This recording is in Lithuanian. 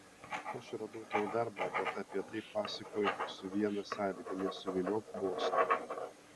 aš radau tau darbą bet apie tai pasakoju tik su viena sąlyga nesuviliok boso